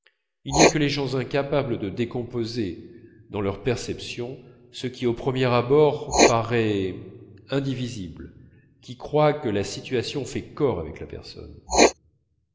les gens incapables de décomposer dans leur perception ce qui au premier abord paraît indivisible qui croient que la situation fait corps avec la personne